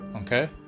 Okay